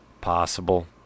Possible